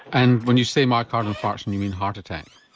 and when you say myocardial infarction you mean heart attack?